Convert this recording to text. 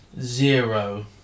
Zero